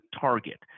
target